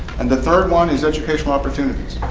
and the third one is educational opportunities.